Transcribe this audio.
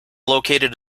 located